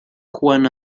juan